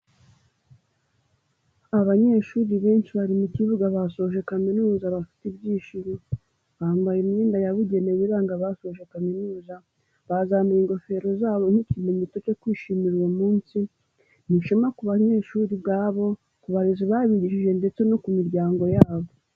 Abanyeshuri benshi bari mu kibuga basoje kamizuza bafite ibyishimo, bambaye imyenda yabugenewe iranga abasoje kaminuza, bazamuye ingofero zabo nk'ikimenyetso cyo kwishimira uwo munsi, ni ishema ku banyeshuri ubwabo, ku barezi babigishije ndetse no ku miryango yabo.